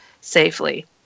safely